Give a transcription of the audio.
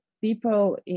people